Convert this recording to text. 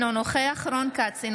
אינו נוכח רון כץ,